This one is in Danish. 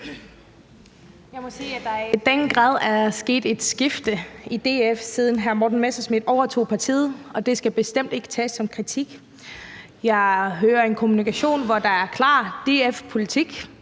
Jeg må sige, at der i den grad er sket et skifte i DF, siden hr. Morten Messerschmidt overtog partiet, og det skal bestemt ikke tages som en kritik. Jeg hører en kommunikation, hvor der er klar DF-politik.